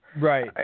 Right